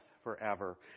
forever